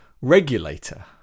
regulator